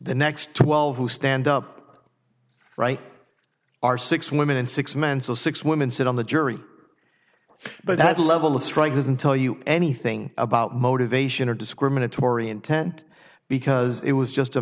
the next twelve who stand up right are six women and six men so six women sit on the jury but that level of strength doesn't tell you anything about motivation or discriminatory intent because it was just a